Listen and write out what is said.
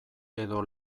edo